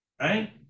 right